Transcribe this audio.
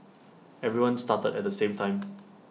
everyone started at the same time